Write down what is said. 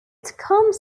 comes